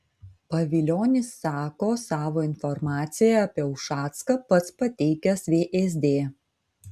pavilionis sako savo informaciją apie ušacką pats pateikęs vsd